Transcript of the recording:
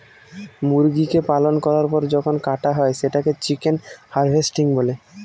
মুরগিকে পালন করার পর যখন কাটা হয় সেটাকে চিকেন হার্ভেস্টিং বলে